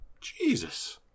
Jesus